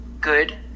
good